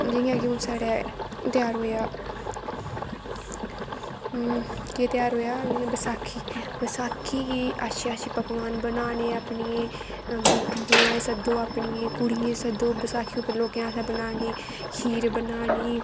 जियां कि हून साढ़े तेहार होएआ केह् तेहार होएआ जियां बसाखी बसाखी गी अच्छे अच्छे पकवान बनाने अपनियें बु बुआएं सद्दो अपनियें कुड़ियें गी सद्दो बसाखी उप्पर लोकें आस्तै बनाने खीर बनानी